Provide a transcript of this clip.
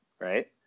Right